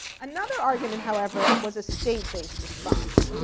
another argument, however, was a state-based response.